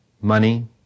money